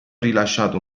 rilasciato